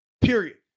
Period